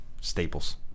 staples